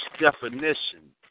definition